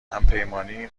همپیمانی